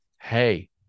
hey